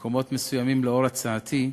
במקומות מסוימים לאור הצעתי,